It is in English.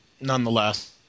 nonetheless